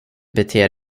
beter